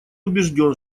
убежден